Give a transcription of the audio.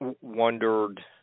wondered